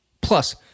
Plus